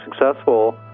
successful